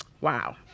Wow